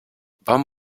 van